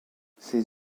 ses